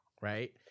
right